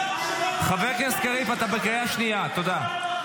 אתה --- חבר הכנסת קריב, אתה בקריאה שניה, תודה.